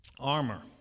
armor